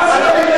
זה מה שעשית.